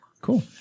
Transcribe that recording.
Cool